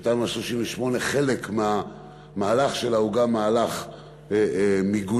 שחלק מהמהלך שלה הוא גם מהלך מיגוני,